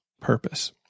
purpose